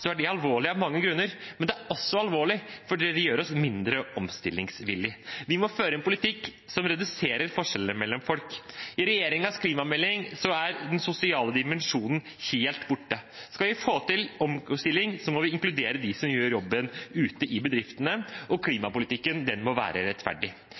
er det alvorlig av mange grunner. Men det er også alvorlig fordi det gjør oss mindre omstillingsvillig. Vi må føre en politikk som reduserer forskjellene mellom folk. I regjeringens klimamelding er den sosiale dimensjonen helt borte. Skal vi få til omstilling, må vi inkludere dem som gjør jobben ute i bedriftene, og klimapolitikken må være rettferdig.